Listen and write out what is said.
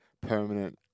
permanent